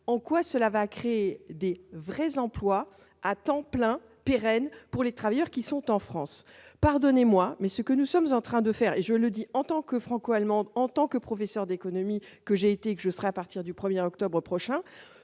en quoi cela va créer des vrais emplois à temps plein pérenne pour les travailleurs qui sont en France, pardonnez-moi, mais ce que nous sommes en train de faire et je le dis en tant que franco-allemande en tant que professeur d'économie, que j'ai été que je serai à partir du 1er octobre prochain